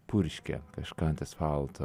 purškia kažką ant asfalto